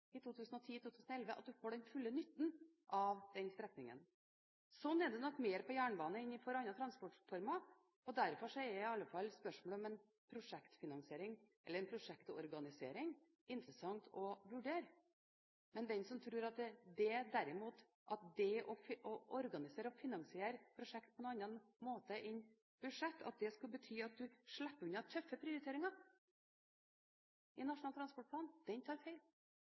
til 2010 – er det klart at det er først når du er ferdig i 2010–2011, at du får den fulle nytten av den strekningen. Sånn er det nok mer for jernbanen enn for andre transportformer, og derfor er i alle fall spørsmålet om prosjektfinansiering eller prosjektorganisering interessant å vurdere. Men den som tror at det å organisere og finansiere prosjekt på noen annen måte enn ved budsjett, at det skulle bety at du slipper unna tøffe prioriteringer i Nasjonal transportplan, tar feil.